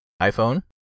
iPhone